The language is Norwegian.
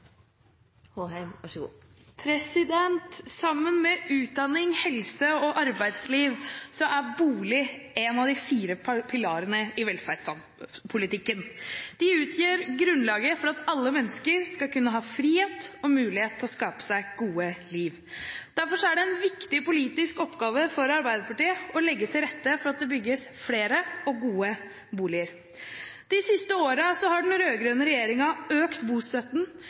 bolig en av de fire pilarene i velferdspolitikken. De utgjør grunnlaget for at alle mennesker skal kunne ha frihet og mulighet til å skape seg et godt liv. Derfor er det en viktig politisk oppgave for Arbeiderpartiet å legge til rette for at det bygges flere og gode boliger. De siste årene har den rød-grønne regjeringen økt bostøtten,